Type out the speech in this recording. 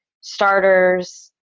starters